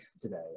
today